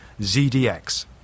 ZDX